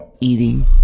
eating